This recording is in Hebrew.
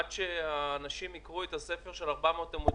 עד שהאנשים יקראו את הספר של 400 עמודים,